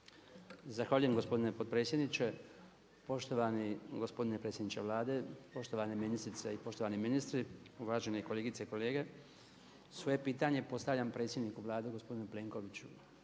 Zahvaljujem gospodine potpredsjedniče, poštovani gospodine predsjedniče Vlade, poštovane ministrice i poštovani ministri, uvažene kolegice i kolege. Svoje pitanje postavljam predsjedniku Vlade gospodinu Plenkoviću.